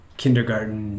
kindergarten